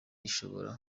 ishobora